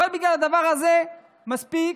רק בגלל הדבר הזה: מספיק.